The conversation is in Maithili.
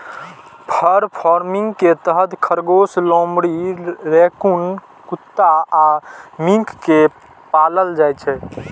फर फार्मिंग के तहत खरगोश, लोमड़ी, रैकून कुत्ता आ मिंक कें पालल जाइ छै